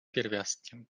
pierwiastkiem